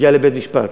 הגיעו לבית-משפט,